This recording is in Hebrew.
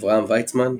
אברהם ויצמן,